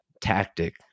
tactic